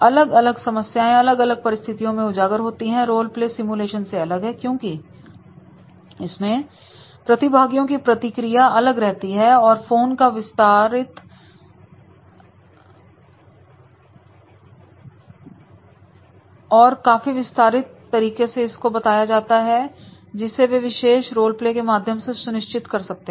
अलग अलग समस्याएं अलग अलग परिस्थितियों मैं उजागर होती हैं रोल प्ले सिमुलेशन से अलग है क्योंकि इसमें प्रतिभागियों की प्रतिक्रिया अलग रहती है और फोन का विस्तारित सर भी अलग होता है जो प्रतिभागियों को दिया जाता है जिसे वे विशेष रोलप्ले के माध्यम से सुनिश्चित कर सकते हैं